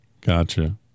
Gotcha